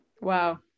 Wow